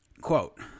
quote